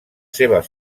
seves